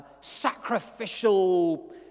sacrificial